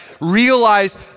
realize